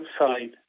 outside